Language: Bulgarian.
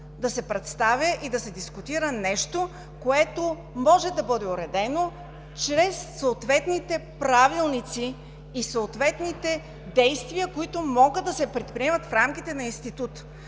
да се представя и дискутира нещо, което може да бъде уредено чрез съответните правилници и действия, които могат да се предприемат в рамките на Института.